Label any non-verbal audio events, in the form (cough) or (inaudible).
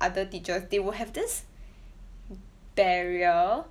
other teachers they will have this (breath) (noise) barrier